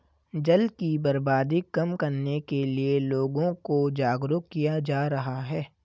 जल की बर्बादी कम करने के लिए लोगों को जागरुक किया जा रहा है